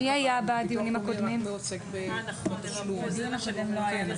בדיון הקודם הם לא היו.